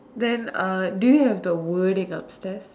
then uh do you have the wording upstairs